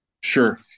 Sure